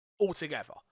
altogether